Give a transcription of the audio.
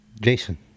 Jason